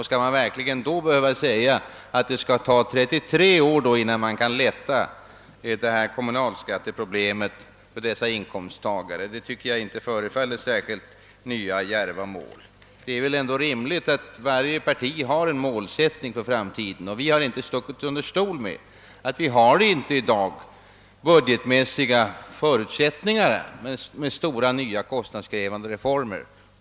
Säger man att det skall ta 33 år innan kommunalskattebördan kan lättas för dessa inkomsttagare, tycker jag inte man kan tala om nya djärva mål. Det är rimligt att varje parti har en målsättning för framtiden. Vi har inte stuckit under stol med att det i dag inte finns budgetmässiga förutsättningar för stora kostnadskrävande reformer.